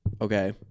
okay